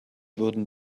wurden